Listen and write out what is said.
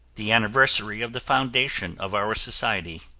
the anniversary of the foundation of our society.